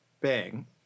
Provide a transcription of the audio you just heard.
bang